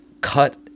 cut